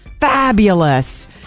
fabulous